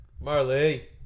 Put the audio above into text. Marley